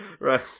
Right